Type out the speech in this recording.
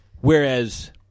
Whereas